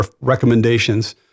recommendations